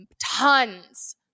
tons